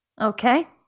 Okay